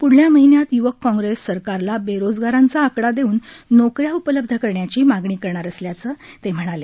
प्ढच्या महिन्यात य्वक काँग्रेस सरकारला बेरोजगारांचा आकडा देऊन नोकऱ्या उपलब्ध करण्याची मागणी करणार असल्याचं ते म्हणाले